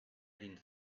dins